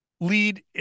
lead